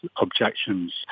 objections